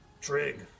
Trig